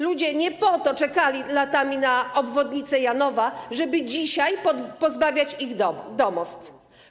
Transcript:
Ludzie nie po to czekali latami na obwodnicę Janowa, żeby dzisiaj pozbawiać ich domostw.